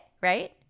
right